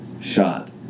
shot